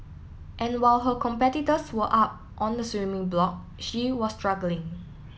and while her competitors were up on the swimming block she was struggling